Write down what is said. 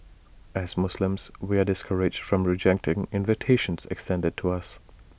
as Muslims we are discouraged from rejecting invitations extended to us